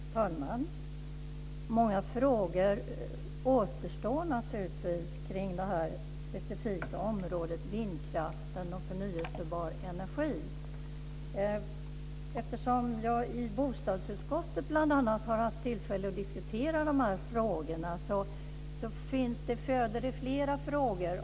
Fru talman! Många frågor återstår naturligtvis omkring det här specifika området, vindkraft och förnybar energi. När jag i bl.a. bostadsutskottet har haft tillfälle att diskutera de här frågorna har det fött flera frågor.